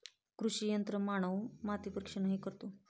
कृषी यंत्रमानव माती परीक्षणही करतो